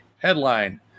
Headline